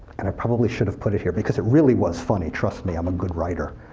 and i probably should've put it here, because it really was funny. trust me, i'm a good writer.